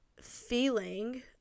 feeling